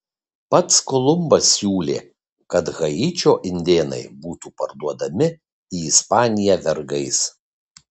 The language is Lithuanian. pats kolumbas siūlė kad haičio indėnai būtų parduodami į ispaniją vergais